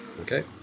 okay